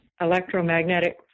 electromagnetic